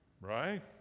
right